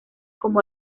como